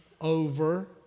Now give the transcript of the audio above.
over